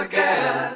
Again